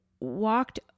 walked